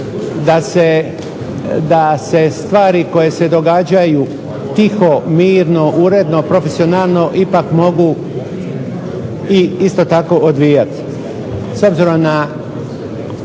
da se stvari koje se događaju tiho, mirno, uredno, profesionalno ipak mogu i isto tako odvijati. S obzirom na